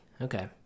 Okay